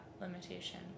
limitation